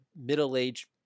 middle-aged